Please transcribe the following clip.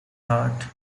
heart